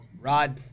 Rod